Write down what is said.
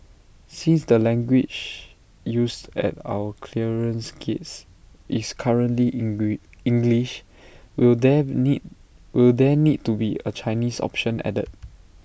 since the language used at our clearance gates is currently English will there need will there need to be A Chinese option added